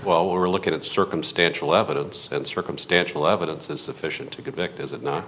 while we're looking at circumstantial evidence and circumstantial evidence is sufficient to convict is it no